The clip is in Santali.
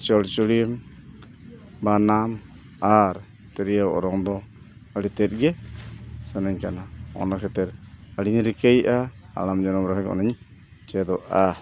ᱪᱚᱲᱪᱚᱲᱤ ᱵᱟᱱᱟᱢ ᱟᱨ ᱛᱤᱨᱭᱳ ᱚᱨᱚᱝ ᱫᱚ ᱟᱹᱰᱤ ᱛᱮᱫ ᱜᱮ ᱥᱟᱱᱟᱧ ᱠᱟᱱᱟ ᱚᱱᱟ ᱠᱷᱟᱹᱛᱤᱨ ᱟᱹᱰᱤᱧ ᱨᱤᱠᱟᱹᱭᱮᱫᱼᱟ ᱦᱟᱲᱟᱢ ᱡᱚᱱᱚᱢ ᱨᱮᱦᱚᱸ ᱚᱱᱟᱧ ᱪᱮᱫᱚᱜᱼᱟ